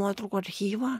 nuotraukų archyvą